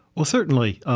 well, certainly,